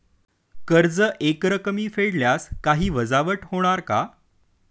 कर्ज एकरकमी फेडल्यास काही वजावट होणार का?